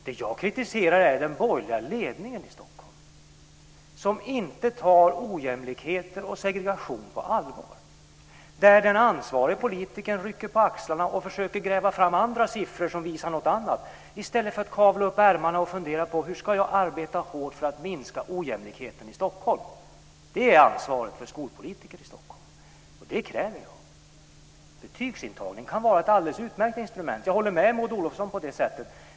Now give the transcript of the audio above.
Det jag kritiserar är den borgerliga ledningen i Stockholm som inte tar ojämlikheten och segregationen på allvar, där den ansvarige politikern rycker på axlarna och försöker gräva fram andra siffror som visar något annat i stället för att kavla upp ärmarna och fundera på: Hur ska jag arbeta hårt för att minska ojämlikheten i Stockholm? Det är ansvaret för skolpolitiker i Stockholm, och det kräver jag. Betygsintagning kan vara ett alldeles utmärkt instrument. Jag håller med Maud Olofsson på det sättet.